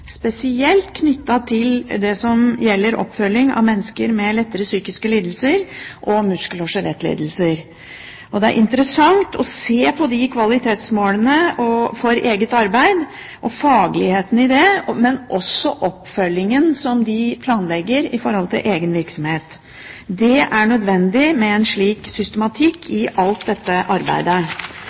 spesielt knyttet til det som gjelder oppfølging av mennesker med lettere psykiske lidelser og muskel- og skjelettlidelser. Det er interessant å se på kvalitetsmålene for eget arbeid og fagligheten i det, men også oppfølgingen som de planlegger i forhold til egen virksomhet. Det er nødvendig med en slik systematikk i alt dette arbeidet,